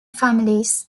families